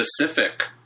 specific